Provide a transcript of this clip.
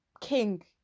king